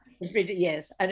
yes